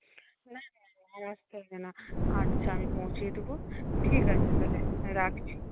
না না না আর আসতে হবেনা আচ্ছা আমি পৌঁছিয়ে দেব ঠিক আছে তাহলে রাখছি